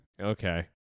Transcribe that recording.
Okay